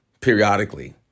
periodically